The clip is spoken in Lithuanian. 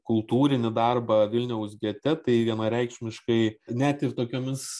kultūrinį darbą vilniaus gete tai vienareikšmiškai net ir tokiomis